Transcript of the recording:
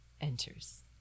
enters